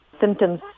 symptoms